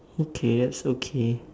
okay that's okay